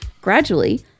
Gradually